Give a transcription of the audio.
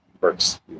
works